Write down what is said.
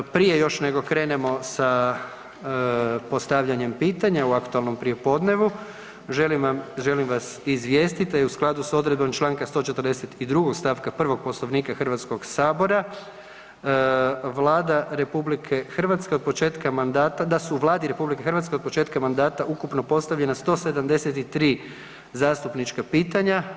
Prije još nego krenemo sa postavljanjem pitanja u aktualnom prijepodnevu, želim vas izvijestiti da je u skladu s odredbom čl. 142. st. 1. Poslovnika HS-a Vlada RH od početka mandata, da su Vladi RH od početka mandata ukupno postavljena 173 zastupnička pitanja.